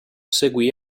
seguì